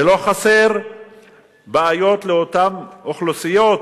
לא חסרות בעיות לאותן אוכלוסיות,